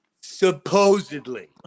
Supposedly